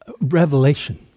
revelation